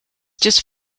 just